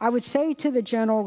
i would say to the general